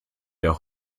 der